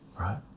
right